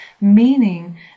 meaning